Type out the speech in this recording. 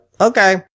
okay